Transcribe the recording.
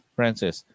Francis